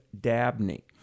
Dabney